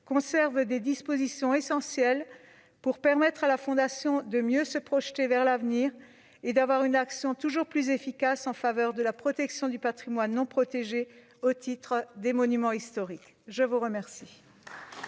conserve des dispositions essentielles pour permettre à la Fondation de mieux se projeter vers l'avenir et d'avoir une action toujours plus efficace en faveur de la protection du patrimoine non protégé au titre des monuments historiques. La parole